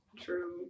True